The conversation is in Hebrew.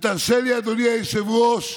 ותרשה לי, אדוני היושב-ראש,